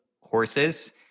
horses